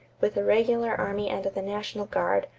with the regular army and the national guard,